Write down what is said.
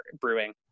Brewing